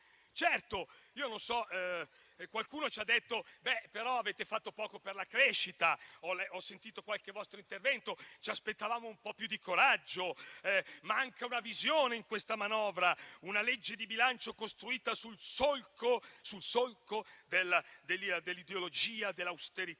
Certo, qualcuno ci ha detto che abbiamo fatto poco per la crescita. Ho sentito in qualche vostro intervento dire che vi aspettavate un po' più di coraggio, che manca una visione in questa manovra e che questa è una legge di bilancio costruita sul solco dell'ideologia dell'austerità.